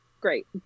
great